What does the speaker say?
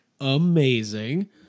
amazing